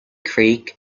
creek